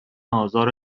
آزار